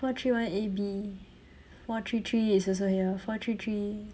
four three one A B four three three is also here four three three